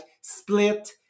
split